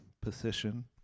position